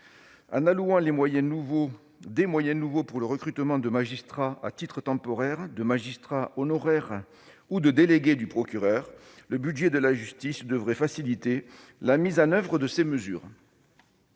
En allouant des moyens nouveaux au recrutement de magistrats à titre temporaire, de magistrats honoraires ou de délégués du procureur, le budget de la justice devrait faciliter la mise en oeuvre de ces mesures.